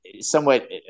somewhat